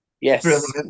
Yes